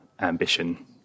ambition